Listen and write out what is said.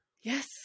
Yes